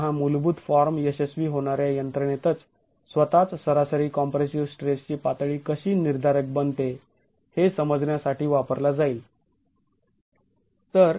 आता हा मूलभूत फॉर्म यशस्वी होणाऱ्या यंत्रणेतच स्वतःच सरासरी कम्प्रेसिव स्ट्रेस ची पातळी कशी निर्धारक बनते हे समजण्यासाठी वापरला जाईल